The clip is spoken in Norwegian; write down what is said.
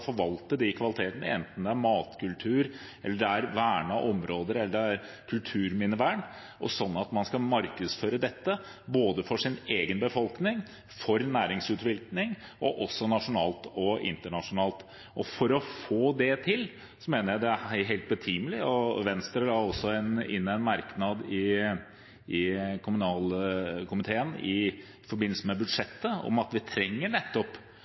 forvalte de kvalitetene, enten det er matkultur, vernede områder, eller det er kulturminnevern, og at man skal markedsføre dette, både for sin egen befolkning, for næringsutvikling og også nasjonalt og internasjonalt. For å få det til mener jeg dette er helt betimelig. Kristelig Folkeparti og Venstre hadde en merknad i budsjettinnstillingen fra kommunalkomiteen om at vi trenger